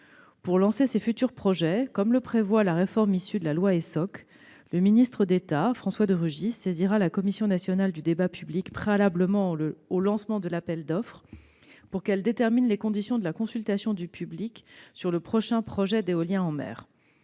Pour engager ces futurs projets et comme le prévoit la réforme issue de la loi Essoc, le ministre d'État François de Rugy saisira la Commission nationale du débat public préalablement au lancement de l'appel d'offres pour qu'elle détermine les conditions de la consultation du public sur le prochain projet éolien en mer.